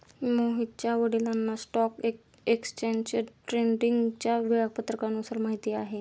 मोहितच्या वडिलांना stock exchange ट्रेडिंगच्या वेळापत्रकाबद्दल माहिती आहे